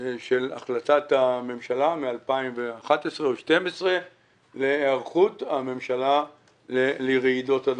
של החלטת הממשלה מ-2011 או 2012 והיערכות הממשלה לרעידות אדמה.